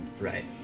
Right